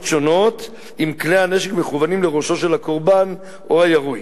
שונות אם כלי הנשק מכוונים לראשו של הקורבן או הירוי.